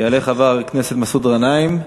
יעלה חבר הכנסת מסעוד גנאים,